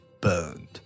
burned